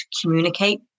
communicate